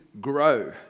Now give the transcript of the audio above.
Grow